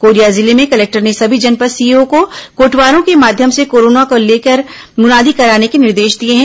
Korea जिले में collector ने सभी जनपद सीईओ को कोटवारों के माध्यम से कोरोना को लेकर मुनादी कराने के निर्देश दिए हैं